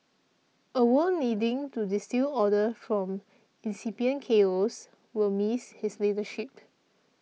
a world needing to distil order from incipient chaos will miss his leadership